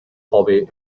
hobby